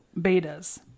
betas